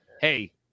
hey